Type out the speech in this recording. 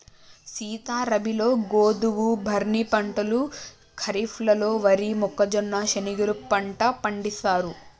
సీత రబీలో గోధువు, బార్నీ పంటలు ఖరిఫ్లలో వరి, మొక్కజొన్న, శనిగెలు పంట పండిత్తారు